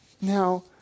Now